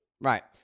Right